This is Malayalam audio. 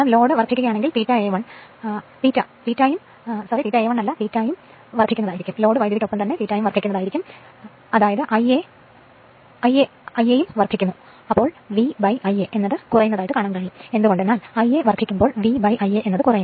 ലോഡ് വർദ്ധിക്കുകയാണെങ്കിൽ ലോഡ് കറന്റിനൊപ്പം വർദ്ധിക്കുകയും ചെയ്യുന്നു അതായത് Ia വർദ്ധിക്കുന്നു അങ്ങനെ V Ia കുറയുന്നു